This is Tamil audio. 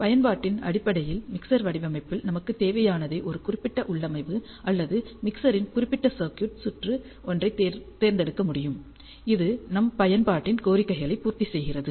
பயன்பாட்டின் அடிப்படையில் மிக்சர் வடிவமைப்பில் நமக்குத் தேவையானதை ஒரு குறிப்பிட்ட உள்ளமைவு அல்லது மிக்சரின் குறிப்பிட்ட சர்க்யூட் சுற்று ஒன்றைத் தேர்ந்தெடுக்க முடியும் இது நம் பயன்பாட்டின் கோரிக்கைகளை பூர்த்தி செய்கிறது